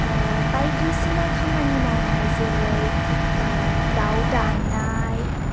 बायदिसिना खामानि मावनाय जेरै दाव दाननाय